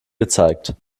gezeigt